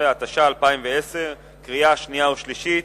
13), התש"ע 2010, קריאה שנייה ושלישית.